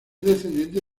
descendiente